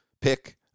pick